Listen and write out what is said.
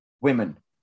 women